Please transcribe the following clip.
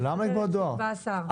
עדיף בדרך שיקבע השר.